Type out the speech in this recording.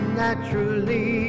naturally